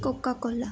coca cola